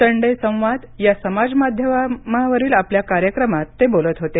Sunday संवाद या समाजमाध्यमावरील आपल्या कार्यक्रमांत ते बोलत होते